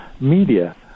media